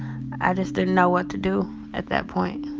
i just didn't know what to do at that point.